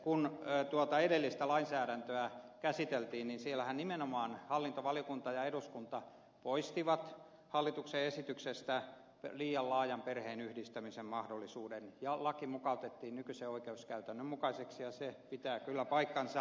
kun edellistä lainsäädäntöä käsiteltiin niin siellähän nimenomaan hallintovaliokunta ja eduskunta poistivat hallituksen esityksestä liian laajan perheenyhdistämismahdollisuuden ja laki mukautettiin nykyisen oikeuskäytännön mukaiseksi ja se pitää kyllä paikkansa